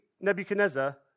Nebuchadnezzar